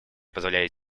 позволяют